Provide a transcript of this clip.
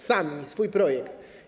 Sami, swój projekt.